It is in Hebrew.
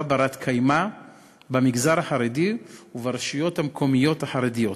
בת-קיימא במגזר החרדי וברשויות המקומיות החרדיות,